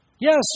yes